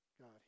God